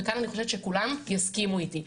וכאן אני חושבת שכולם יסכימו איתי.